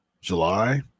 July